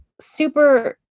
super